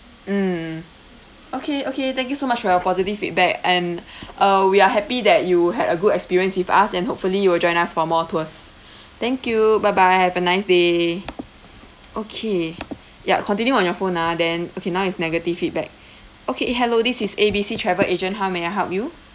mm okay okay thank you so much for your positive feedback and uh we are happy that you had a good experience with us and hopefully you will join us for more tours thank you bye bye have a nice day okay ya continue on your phone ah then okay now is negative feedback okay hello this is A B C travel agent how may I help you